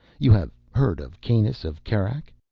you have heard of kanus of kerak?